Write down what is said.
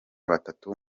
batatu